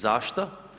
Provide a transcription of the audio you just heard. Zašto?